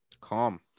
Calm